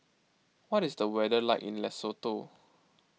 what is the weather like in Lesotho